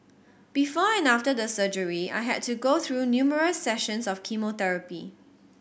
before and after the surgery I had to go through numerous sessions of chemotherapy